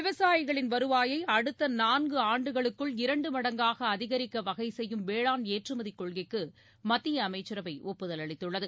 விவசாயிகளின் வருவாயை அடுத்த நான்கு ஆண்டுகளுக்குள் இரண்டு மடங்காக அதிகரிக்க வகை செய்யும் வேளாண் ஏற்றுமதி கொள்கைக்கு மத்திய அமைச்சரவை ஒப்புதல் அளித்துள்ளது